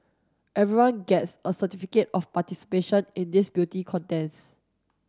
everyone gets a certificate of participation in this beauty contest